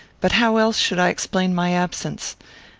but how else should i explain my absence?